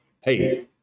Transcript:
hey